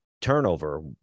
turnover